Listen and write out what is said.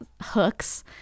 hooks